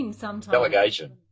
Delegation